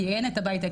כי אין את הבית,